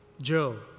Joe